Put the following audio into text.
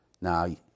now